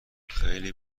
خیلی